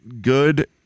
good